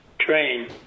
train